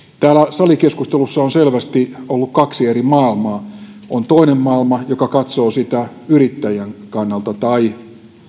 täällä salikeskustelussa on selvästi ollut kaksi eri maailmaa on toinen maailma joka katsoo sitä yrittäjän kannalta tai